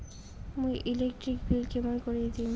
মুই electric bill কেমন করি দিম?